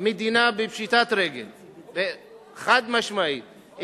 בפשיטת רגל חד-משמעית,